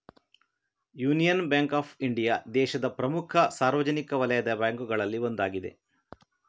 union bank of India ದೇಶದ ಪ್ರಮುಖ ಸಾರ್ವಜನಿಕ ವಲಯದ ಬ್ಯಾಂಕುಗಳಲ್ಲಿ ಒಂದಾಗಿದೆ